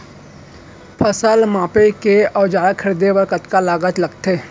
फसल मापके के औज़ार खरीदे बर कतका लागत लगथे?